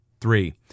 Three